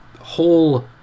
whole